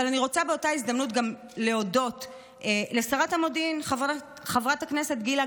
אבל אני רוצה באותה הזדמנות גם להודות לשרת המודיעין חברת הכנסת גילה